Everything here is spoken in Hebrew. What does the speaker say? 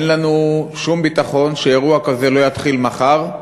אין לנו שום ביטחון שאירוע כזה לא יתחיל מחר,